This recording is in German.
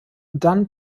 dann